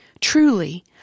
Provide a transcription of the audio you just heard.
Truly